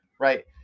right